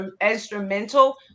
instrumental